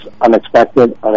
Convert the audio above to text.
unexpected